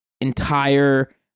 entire